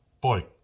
Boy